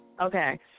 Okay